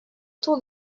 autour